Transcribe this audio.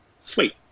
sweet